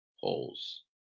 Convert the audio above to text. holes